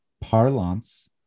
parlance